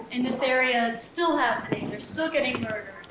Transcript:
in this area, it's still happening. they're still getting.